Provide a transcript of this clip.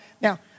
now